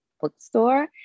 bookstore